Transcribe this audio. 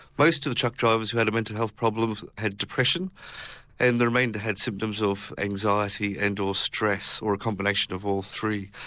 most of the truck drivers who had mental health problems had depression and the remainder had symptoms of anxiety and or stress or a combination of all three.